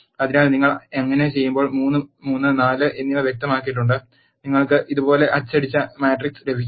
അതിനാൽ നിങ്ങൾ അങ്ങനെ ചെയ്യുമ്പോൾ 3 3 4 എന്നിവ വ്യക്തമാക്കിയിട്ടുണ്ട് നിങ്ങൾക്ക് ഇതുപോലെ അച്ചടിച്ച മാട്രിക്സ് ലഭിക്കും